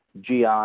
GI